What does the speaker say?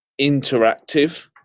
interactive